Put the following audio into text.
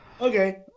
okay